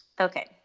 Okay